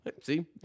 See